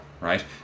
right